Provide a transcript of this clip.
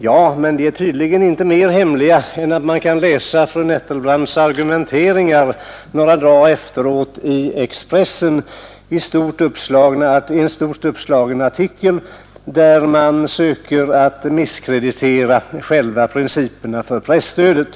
Ja, men de är tydligen inte mer hemliga än att man kan läsa fru Nettelbrandts argumentering några dagar efteråt i Expressen i en stort uppslagen artikel, som söker misskreditera själva principerna för presstödet.